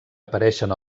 apareixen